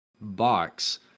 box